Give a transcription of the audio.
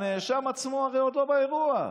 הנאשם עצמו הרי עוד לא באירוע.